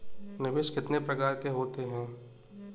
निवेश कितने प्रकार के होते हैं?